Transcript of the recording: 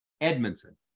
Edmondson